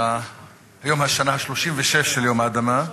יום השנה ה-36 ליום האדמה,